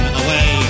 away